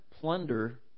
plunder